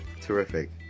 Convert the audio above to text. Terrific